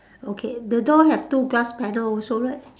okay the door have two glass panel also right